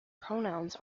pronouns